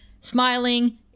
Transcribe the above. smiling